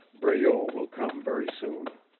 breault will come very soon.